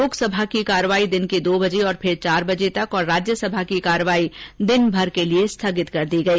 लोकसभा की कार्यवाही दिन के दो बजे और फिर चार बजे तक और राज्यसभा की कार्यवाही दिन भरके लिए स्थगित कर दी गई